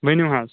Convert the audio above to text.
ؤنِو حظ